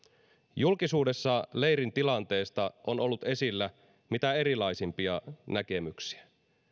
julkisuudessa leirin tilanteesta on ollut esillä mitä erilaisimpia näkemyksiä